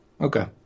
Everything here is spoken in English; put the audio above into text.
Okay